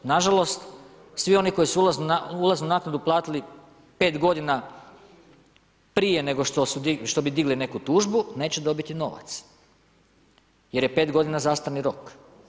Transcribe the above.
Na žalost svi oni koji su ulaznu naknadu platili 5 godina prije nego što bi digli neku tužbu neće dobiti novac, jer je 5 godina zastarni rok.